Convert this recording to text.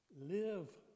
live